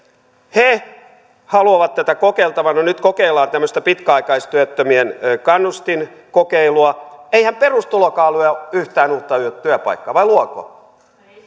he haluavat tätä kokeiltavan no nyt kokeillaan tämmöistä pitkäaikaistyöttömien kannustinkokeilua eihän perustulokaan luo yhtään uutta työpaikkaa vai luoko